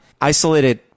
isolated